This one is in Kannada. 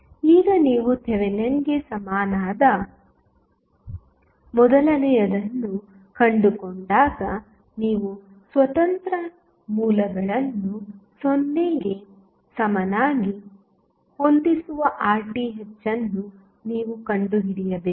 ಈಗ ನೀವು ಥೆವೆನಿನ್ಗೆ ಸಮನಾದ ಮೊದಲನೆಯದನ್ನು ಕಂಡುಕೊಂಡಾಗ ನೀವು ಸ್ವತಂತ್ರ ಮೂಲಗಳನ್ನು 0 ಗೆ ಸಮನಾಗಿ ಹೊಂದಿಸುವ RTh ಅನ್ನು ನೀವು ಕಂಡುಹಿಡಿಯಬೇಕು